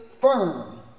firm